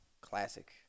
Classic